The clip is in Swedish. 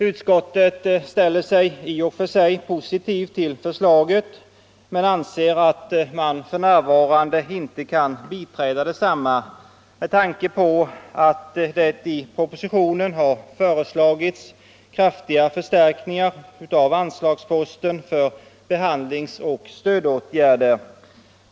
Utskottet ställer sig i och för sig positivt till förslaget men anser att man f. n. inte kan biträda detsamma, med tanke på att det i propositionen har föreslagits kraftiga förstärkningar av anslagsposten för behandlingsoch stödåtgärder.